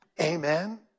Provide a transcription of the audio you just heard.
Amen